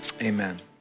Amen